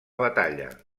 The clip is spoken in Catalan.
batalla